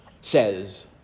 says